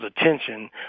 attention